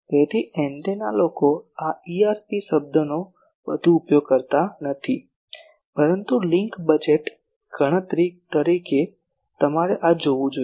તેથી એન્ટેના લોકો આ EIRP શબ્દનો વધુ ઉપયોગ કરતા નથી પરંતુ એક લિંક બજેટ ગણતરી તરીકે તમારે આ જોવું જોઈએ